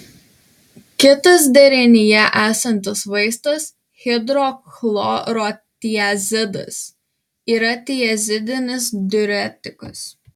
kitas derinyje esantis vaistas hidrochlorotiazidas yra tiazidinis diuretikas